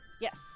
Yes